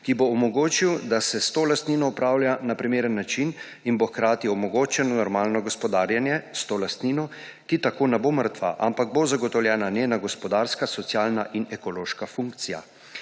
ki bo omogočil, da se s to lastnino upravlja na primeren način in bo hkrati omogočeno normalno gospodarjenje s to lastnino, ki tako ne bo mrtva, ampak bo zagotovljena njena gospodarska, socialna in ekološka funkcija.